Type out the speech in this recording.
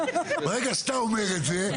ברגע שאתה אומר את זה,